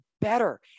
better